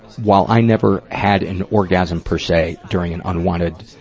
while i never had an orgasm per se during an unwanted